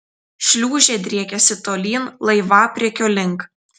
šliūžė driekėsi tolyn laivapriekio link